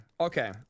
Okay